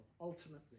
ultimately